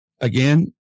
again